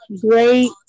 great